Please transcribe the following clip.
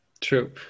true